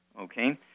Okay